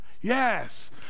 Yes